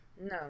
No